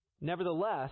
Nevertheless